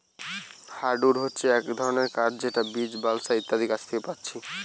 hardwood হচ্ছে এক ধরণের কাঠ যেটা বীচ, বালসা ইত্যাদি গাছ থিকে পাচ্ছি